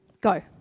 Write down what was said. Go